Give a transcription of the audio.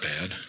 bad